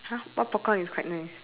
!huh! what popcorn is quite nice